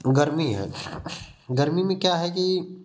गर्मी है गर्मी में क्या है कि